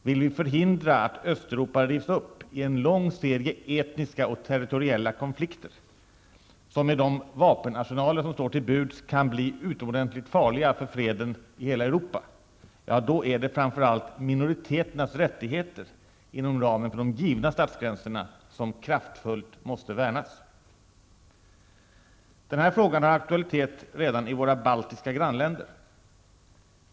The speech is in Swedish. Vill vi förhindra att Östeuropa rivs upp i en lång serie etniska och territoriella konflikter som med de vapenarsenaler som står till buds kan bli utomordentligt farliga för freden i hela Euopa, är det framför allt minoriteternas rättigheter inom ramen för givna statsgränser som kraftfullt måste värnas. Den här frågan har aktualitet redan i våra baltiska grannländer.